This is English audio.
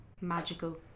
magical